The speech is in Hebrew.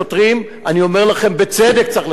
אני אומר לכם: בצדק צריך לתגבר אותם.